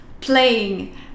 playing